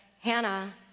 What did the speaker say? Hannah